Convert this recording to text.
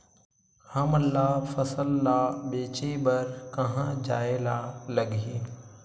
हमन ला फसल ला बेचे बर कहां जाये ला लगही?